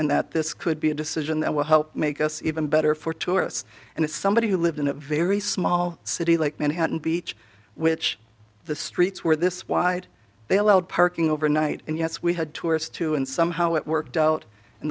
and that this could be a decision that will help make us even better for tourists and as somebody who lived in a very small city like manhattan beach which the streets were this wide they allowed parking overnight and yes we had tourists too and somehow it worked out